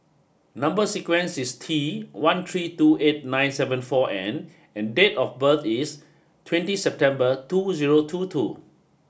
number sequence is T one three two eight nine seven four N and date of birth is twenty September two zero two two